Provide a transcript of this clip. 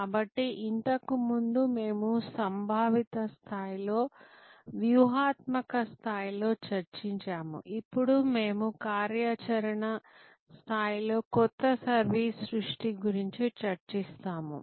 కాబట్టి ఇంతకు ముందు మేము సంభావిత స్థాయిలో వ్యూహాత్మక స్థాయిలో చర్చించాము ఇప్పుడు మేము కార్యాచరణ స్థాయిలో కొత్త సర్వీస్ సృష్టి గురించి చర్చిస్తాము